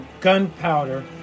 gunpowder